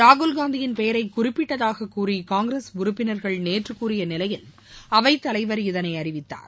ராகுல்காந்தியின் பெயரை குறிப்பிட்டதாக கூறி காங்கிரஸ் உறுப்பினர்கள் நேற்று கூறிய நிலையில் அவைத் தலைவர் இதனை அறிவித்தார்